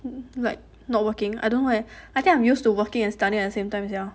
like not working I don't know leh I think I'm used to working and studying at the same time sia